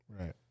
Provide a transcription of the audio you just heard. Right